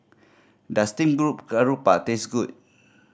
does steamed group garoupa taste good